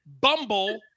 Bumble